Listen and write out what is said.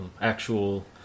actual